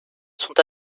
sont